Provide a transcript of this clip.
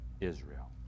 Israel